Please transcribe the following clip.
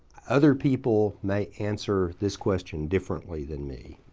other people may answer this question differently than me.